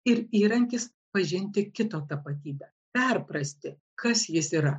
ir įrankis pažinti kito tapatybę perprasti kas jis yra